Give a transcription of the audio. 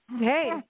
Hey